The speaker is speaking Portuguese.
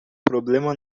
problema